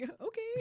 okay